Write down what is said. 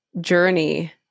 journey